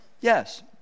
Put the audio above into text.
Yes